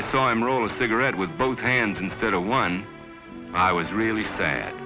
i saw him roll a cigarette with both hands instead of one i was really sad